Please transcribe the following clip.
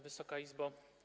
Wysoka Izbo!